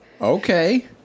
Okay